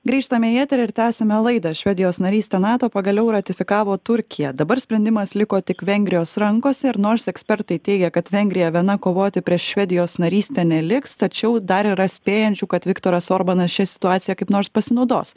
grįžtame į eterį ir tęsiame laidą švedijos narystę nato pagaliau ratifikavo turkija dabar sprendimas liko tik vengrijos rankose ir nors ekspertai teigia kad vengrija viena kovoti prieš švedijos narystę neliks tačiau dar yra spėjančių kad viktoras orbanas šia situacija kaip nors pasinaudos